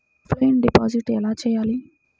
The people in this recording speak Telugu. ఆఫ్లైన్ డిపాజిట్ ఎలా చేయాలి?